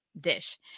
dish